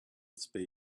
spade